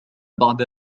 بعد